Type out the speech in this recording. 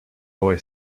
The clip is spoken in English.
boy